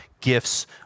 gifts